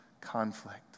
conflict